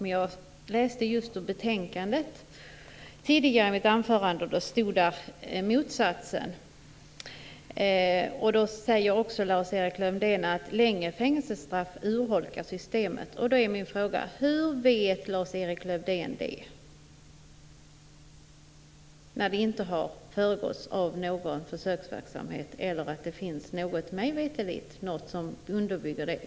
Men jag läste ur betänkandet i mitt tidigare anförande, och där stod motsatsen. Lars-Erik Lövdén säger också att längre fängelsestraff urholkar systemet. Då är min fråga: Hur vet Lars-Erik Lövdén det, när det inte har föregåtts av någon försöksverksamhet eller det mig veterligt finns någonting som underbygger det.